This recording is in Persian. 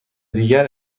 دیگر